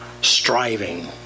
striving